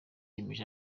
yemeje